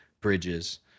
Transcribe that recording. bridges